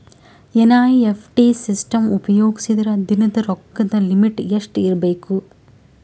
NEFT system ಉಪಯೋಗಿಸಿದರ ದಿನದ ರೊಕ್ಕದ ಲಿಮಿಟ್ ಎಷ್ಟ ಇರಬೇಕು?